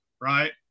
right